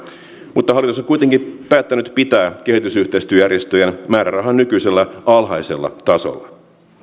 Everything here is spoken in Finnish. mutta hallitus on kuitenkin päättänyt pitää kehitysyhteistyöjärjestöjen määrärahan nykyisellä alhaisella tasolla